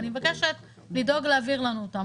אני מבקשת לדאוג להעביר לנו אותם.